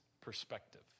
perspective